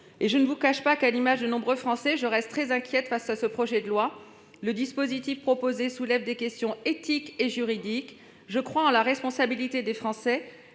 Je ne vous cache pas que, à l'image de nombreux Français, je reste très inquiète face à ce projet de loi, dont le dispositif soulève des questions à la fois éthiques et juridiques. Je crois en la responsabilité des Français